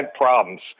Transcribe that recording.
problems